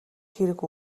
хэрэг